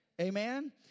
Amen